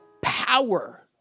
power